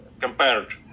compared